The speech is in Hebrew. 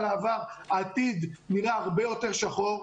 העתיד נראה הרבה יותר שחור.